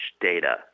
data